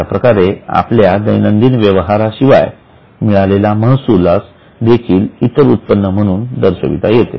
अशाप्रकारे आपल्या दैनंदिन व्यवहाराशिवाय मिळालेल्या महसूलास देखील इतर उत्पन्न म्हणून दाखविता येते